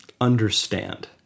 understand